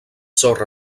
sorra